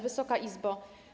Wysoka Izbo!